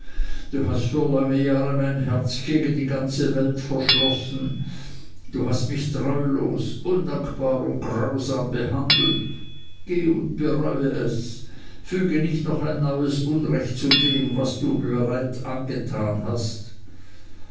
du hast für lange jahre mein herz gegen die ganze welt verschlossen du hast mich treulos undankbar und grausam behandelt geh und bereue es füge nicht noch neues unrecht zu dem was du mir bereits angetan hast